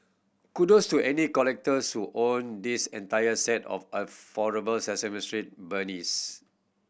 kudos to any collectors who own this entire set of Sesame Street beanies